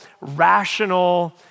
rational